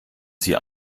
sie